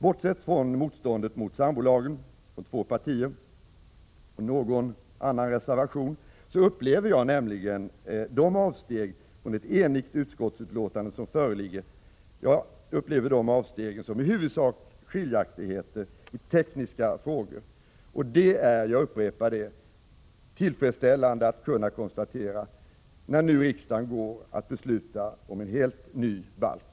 Bortsett från motståndet mot sambolagen från två partier och i övrigt någon reservation upplever jag nämligen de avsteg från ett enigt utskottsutlåtande som föreligger som i huvudsak skiljaktigheter i tekniska frågor. Detta är tillfredsställande att kunna konstatera, när nu riksdagen går att besluta om en helt ny balk.